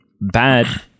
bad